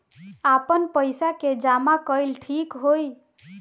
आपन पईसा के जमा कईल ठीक होई?